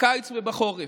בקיץ ובחורף.